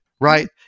right